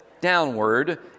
downward